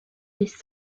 des